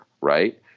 Right